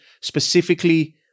specifically